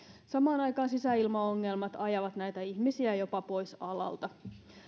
samaan aikaan sisäilmaongelmat ajavat näitä ihmisiä jopa pois alalta